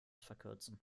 verkürzen